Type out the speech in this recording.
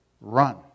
Run